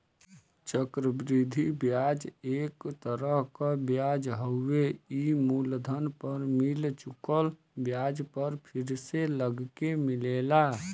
चक्र वृद्धि ब्याज एक तरह क ब्याज हउवे ई मूलधन पर मिल चुकल ब्याज पर फिर से लगके मिलेला